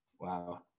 Wow